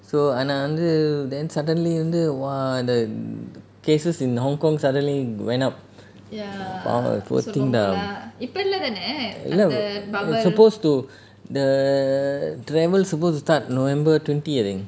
so ஆனா வந்து:aana vanthu then suddenly வந்து:vanthu !wah! the cases in hong kong suddenly went up இல்ல:illa supposed to the travel supposed to start november twenty I think